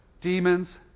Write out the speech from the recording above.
Demons